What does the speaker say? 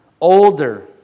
older